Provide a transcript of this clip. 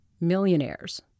millionaires